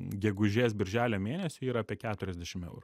gegužės birželio mėnesiui yra apie keturiasdešim eurų